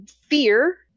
fear